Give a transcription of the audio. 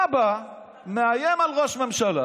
אתה בא, מאיים על ראש ממשלה